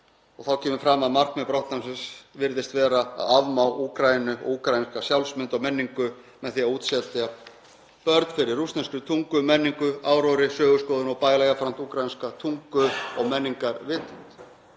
sl. Þá kemur fram að markmið brottnámsins virðist vera að afmá Úkraínu og úkraínska sjálfsmynd og menningu með því að útsetja börn fyrir rússneskri tungu, menningu, áróðri, söguskoðun og bæla jafnframt úkraínska tungu og menningarvitund.